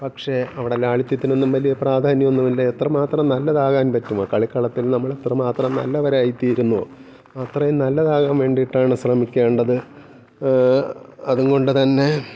പക്ഷെ അവിടെ ലാളിത്യത്തിനൊന്നും വലിയ പ്രാധാന്യമൊന്നും ഇല്ല എത്രമാത്രം നല്ലതാകാൻ പറ്റുമോ കളിക്കളത്തിൽ നമ്മൾ എത്രമാത്രം നല്ലവരായി തീരുന്നോ അത്രയും നല്ലതാകാൻ വേണ്ടിയിട്ടാണ് ശ്രമിക്കേണ്ടത് അതുകൊണ്ട് തന്നെ